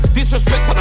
Disrespect